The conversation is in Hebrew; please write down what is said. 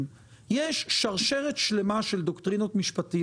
יש פה התנהלות מאוד חריגה של חברה מסחרית.